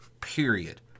period